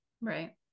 right